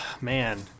man